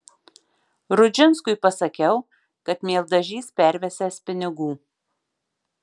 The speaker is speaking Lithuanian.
rudžinskui pasakiau kad mieldažys pervesiąs pinigų